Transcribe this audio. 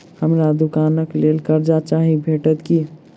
हमरा दुकानक लेल कर्जा चाहि भेटइत की?